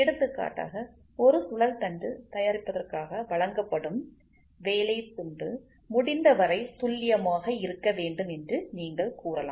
எடுத்துக்காட்டாக ஒரு சுழல் தண்டு தயாரிப்பதற்காக வழங்கப்படும் வேலை துண்டு முடிந்தவரை துல்லியமாக இருக்க வேண்டும் என்று நீங்கள் கூறலாம்